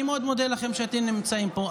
אני מאוד מודה לכם שאתם נמצאים פה,